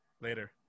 Later